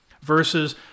versus